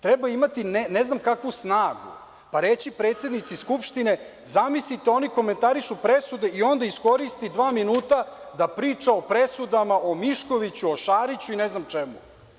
Treba imati ne znam kakvu snagu pa reći predsednici Skupštine – zamislite, oni komentarišu presude, a onda iskoristi dva minuta da priča o presudama, o Miškoviću, o Šariću i ne znam čemu.